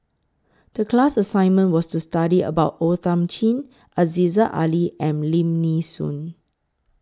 The class assignment was to study about O Thiam Chin Aziza Ali and Lim Nee Soon